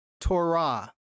Torah